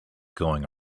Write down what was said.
going